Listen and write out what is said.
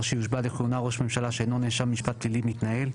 שיושבע לכהונה ראש ממשלה שאינו נאשם במשפט פלילי מתנהל.